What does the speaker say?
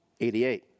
88